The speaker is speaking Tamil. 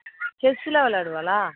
செஸ்ஸுலாம் விளாடுவாளா